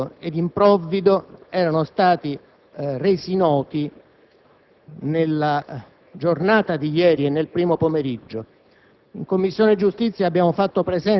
confuso, contraddittorio ed improvvido, erano stati resi noti nella mattinata e nel primo pomeriggio